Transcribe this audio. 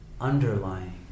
underlying